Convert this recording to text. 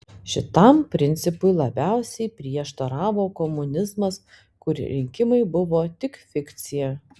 šitam principui labiausiai prieštaravo komunizmas kur rinkimai buvo tik fikcija